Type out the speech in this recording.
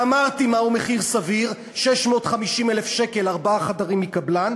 ואמרתי מהו מחיר סביר: 650,000 שקל ארבעה חדרים מקבלן,